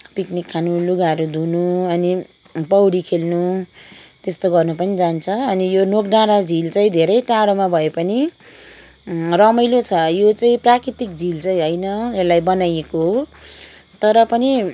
picnic खानु लुगाहरू धुनु अनि पौडी खेल्नु त्यस्तो गर्नु पनि जान्छ अनि यो नोक डाँडा झिल चाहिँ धेरै टाढोमा भए पनि रमाइलो छ यो चाहिँ प्राकृतिक झिल चाहिँ होइन यसलाई बनाइएको हो तर पनि